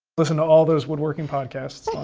listening to all those woodworking podcasts.